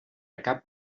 cap